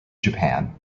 japan